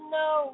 no